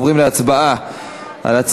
אנחנו עוברים להצבעה בקריאה טרומית על